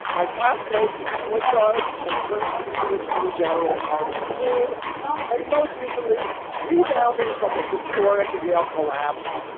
my classmate, point guard and current dc attorney general carr overseen and most recently rebounding from the historic yale collapse.